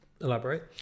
Elaborate